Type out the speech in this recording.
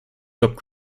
job